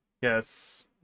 yes